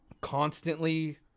constantly